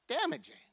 damaging